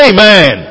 Amen